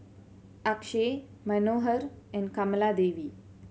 Akshay Manohar and Kamaladevi